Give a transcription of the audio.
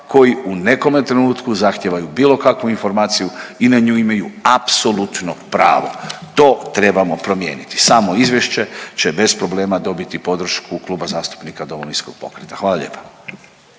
koji u nekom trenutku zahtijevaju bilo kakvu informaciju i na nju imaju apsolutno pravo. To trebamo promijeniti. Samo izvješće će bez problema dobiti podršku Kluba zastupnika Domovinskog pokreta. Hvala lijepa.